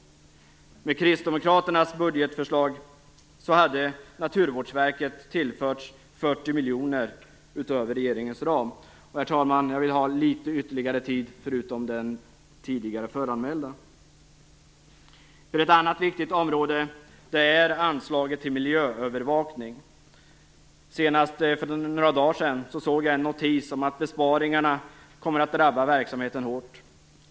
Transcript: Med Herr talman! Jag vill ha litet ytterligare tid förutom den tidigare föranmälda. Ett annat viktigt område är anslaget till miljöövervakning. Senast för några dagar sedan såg jag en notis om att besparingarna kommer att drabba verksamheten hårt.